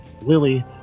Lily